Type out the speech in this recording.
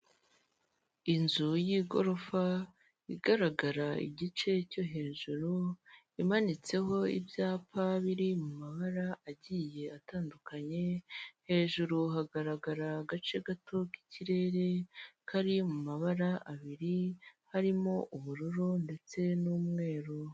Inzu y'igorofa igaragara igice cyo hejuru imanitseho ibyapa biri mu mabara agiye atandukanye, hejuru hagaragara agace gato k'ikirere kari mu mabara abiri harimo ubururu ndetse n'umweru.